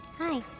Hi